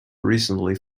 recently